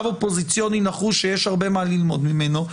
אופוזיציוני נחוש שיש הרבה מה ללמוד ממנו,